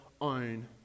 own